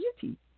beauty